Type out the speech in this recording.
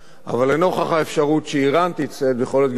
אבל לנוכח האפשרות שאירן תצטייד ביכולת גרעינית,